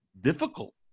difficult